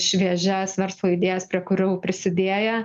šviežias verslo idėjas prie kurių prisidėję